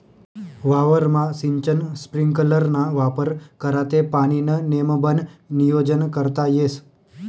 वावरमा सिंचन स्प्रिंकलरना वापर करा ते पाणीनं नेमबन नियोजन करता येस